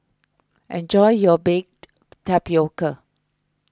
enjoy your Baked Tapioca